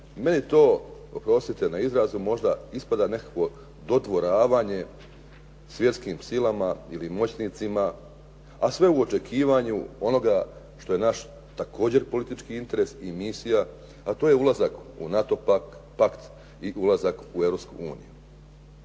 meni to, oprostite na izrazu možda ispada nekakvo dodvoravanje svjetskim silama ili moćnicima, a sve u očekivanju onoga što je naš također politički interes i misija, a to je ulazak u NATO pakt i ulazak u